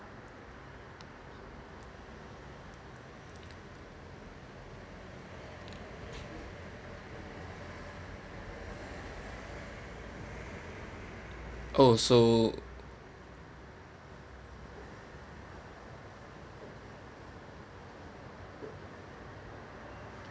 oh so